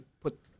put